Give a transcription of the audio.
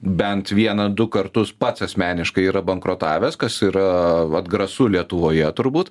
bent vieną du kartus pats asmeniškai yra bankrotavęs kas yra atgrasu lietuvoje turbūt